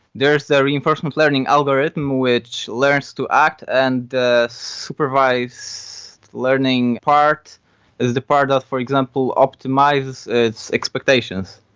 there's the reinforcement learning algorithm which learns to act, and the supervised learning part is the part of, for example, optimize its expectations.